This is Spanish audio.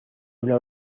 una